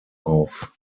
auf